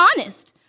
honest